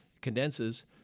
condenses